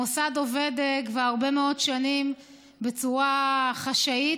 המוסד עובד כבר הרבה מאוד שנים בצורה חשאית.